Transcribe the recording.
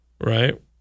right